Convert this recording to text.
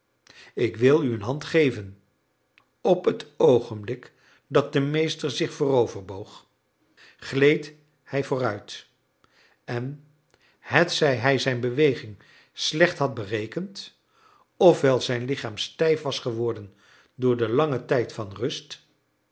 ik wil u een hand geven op het oogenblik dat de meester zich vooroverboog gleed hij vooruit en hetzij hij zijn beweging slecht had berekend of wel zijn lichaam stijf was geworden door den langen tijd van rust